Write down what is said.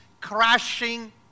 crashing